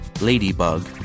Ladybug